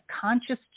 conscious